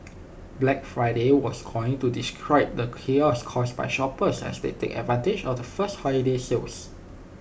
Black Friday was coined to describe the chaos caused by shoppers as they take advantage of the first holiday sales